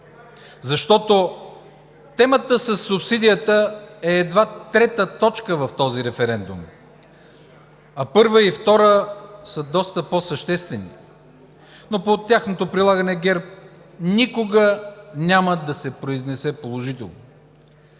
защото темата със субсидията е едва трета точка в този референдум, а първа и втора са доста по-съществени, но пък по тяхното прилагане ГЕРБ никога няма да се произнесе положително.